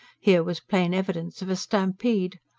here was plain evidence of a stampede.